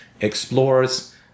explores